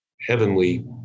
heavenly